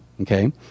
Okay